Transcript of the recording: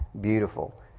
beautiful